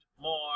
more